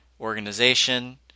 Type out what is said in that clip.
organization